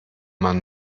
man